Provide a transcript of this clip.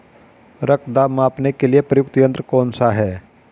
रक्त दाब मापने के लिए प्रयुक्त यंत्र कौन सा है?